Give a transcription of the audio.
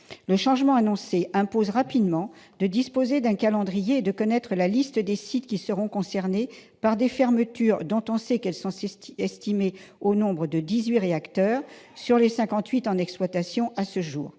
Le changement annoncé impose rapidement de disposer d'un calendrier et de connaître la liste des sites qui seront concernés par des fermetures, dont on sait qu'elles sont estimées au nombre de dix-huit réacteurs sur les cinquante-huit en exploitation à ce jour.